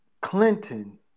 Clinton